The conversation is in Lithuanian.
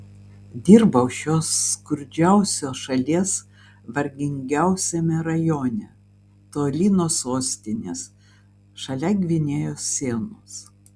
dirbau šios skurdžiausios šalies vargingiausiame rajone toli nuo sostinės šalia gvinėjos sienos